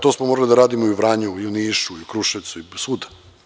To smo morali da radimo i u Vranju i u Nišu i u Kruševcu i svuda.